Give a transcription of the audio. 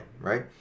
right